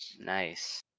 Nice